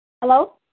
Hello